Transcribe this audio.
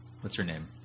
What's-her-name